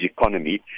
economy